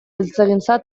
eltzegintza